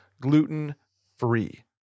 gluten-free